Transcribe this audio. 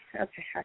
okay